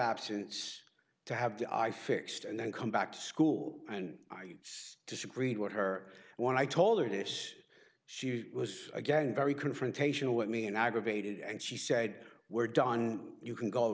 absence to have the i fixed and then come back to school and i disagreed with her when i told her this she was again very confrontational with me and i go baited and she said we're done you can go